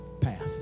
path